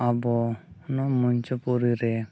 ᱟᱵᱚ ᱱᱚᱣᱟ ᱢᱚᱧᱪᱚᱯᱩᱨᱤᱨᱮ